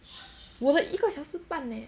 我的一个小时半 leh